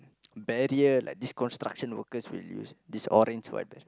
barrier like this construction worker will use this orange one